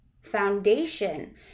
foundation